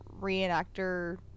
reenactor